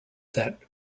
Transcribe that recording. that